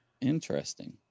interesting